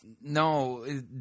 No